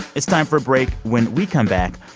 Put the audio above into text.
it's time for a break when we come back,